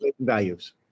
values